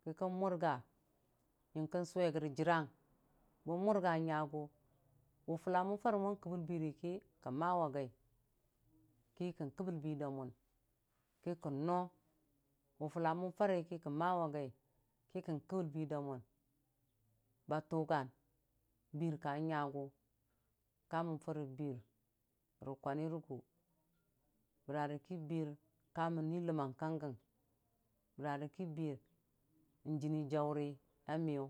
Kikon murga yingkən suwe gori jirang bon murga nyagʊ wʊfulla mən fare mo kəbəl bir ki kən maa we gai ki kən, kəbəl bir damun kikə no gʊ fulla mən fari ki kon mawa gai ki kən kəbəl birda mun ba tʊgan bir kanyagʊ kamən farə bir rə kwani rəgʊ bərarə kibir ka mən nu ləmmang kagə bərarə ki bir n'jinni jaurəya miyu.